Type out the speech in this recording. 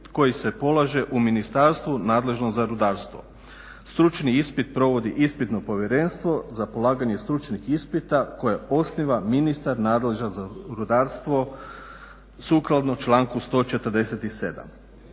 koji se polaže u ministarstvu nadležnom za rudarstvo. Stručni ispit provodi Ispitno povjerenstvo za polaganje stručnih ispita koje osniva ministar nadležan za rudarstvo sukladno članku 147.